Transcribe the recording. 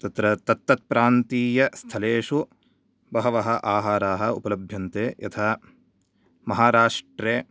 तत्र तत् तत् प्रान्तीयस्थलेषु बहवः आहारः उपलभ्यन्ते यथा महाराष्ट्रे